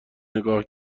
نگاه